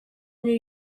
new